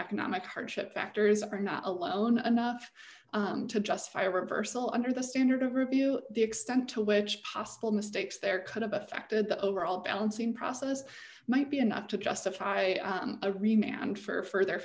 economic hardship factors are not alone enough to justify a reversal under the standard of review the extent to which possible mistakes there could have affected the overall balancing process might be enough to justify a rematch and for a further